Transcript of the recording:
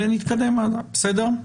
ונתקדם האלה, בסדר?